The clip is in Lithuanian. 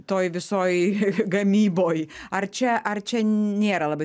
toj visoj gamyboj ar čia ar čia nėra labai